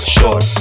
Short